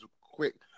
quick